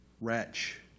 Wretch